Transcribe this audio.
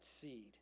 seed